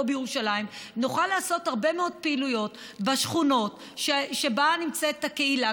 בירושלים נוכל לעשות הרבה מאוד פעילויות בשכונות שבהן נמצאת הקהילה,